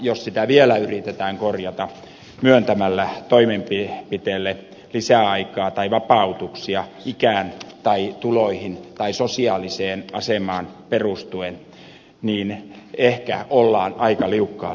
jos sitä vielä yritetään korjata myöntämällä toimenpiteelle lisäaikaa tai vapautuksia ikään tai tuloihin tai sosiaaliseen asemaan perustuen ehkä ollaan aika liukkaalla jäällä